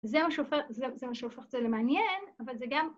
זה מה שהופך את זה למעניין, אבל זה גם...